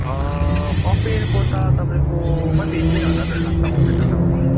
कफेरको त तपाईँको कति तिन हजारहरू लाग्छ कफेर त तपाईँको